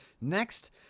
Next